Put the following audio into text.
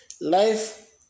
life